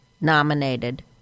nominated